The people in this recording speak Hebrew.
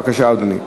בבקשה, אדוני,